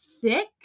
thick